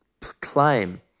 claim